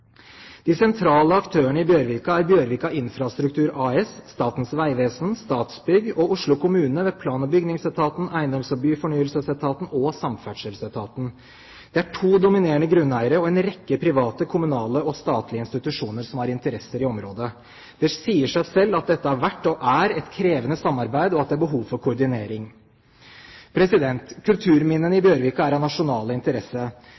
De sentrale aktørene i Bjørvika er Bjørvika Infrastruktur AS, Statens vegvesen, Statsbygg og Oslo kommune ved plan- og bygningsetaten, eiendoms- og byfornyelsesetaten og samferdselsetaten. Det er to dominerende grunneiere og en rekke private, kommunale og statlige institusjoner som har interesser i området. Det sier seg selv at dette har vært og er et krevende samarbeid, og at det er behov for koordinering. Kulturminnene i Bjørvika er av nasjonal interesse.